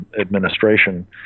administration